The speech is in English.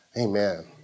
Amen